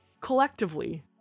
collectively